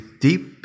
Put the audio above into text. deep